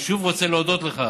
אני שוב רוצה להודות לך.